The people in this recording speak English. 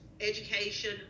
education